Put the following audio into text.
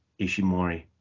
Ishimori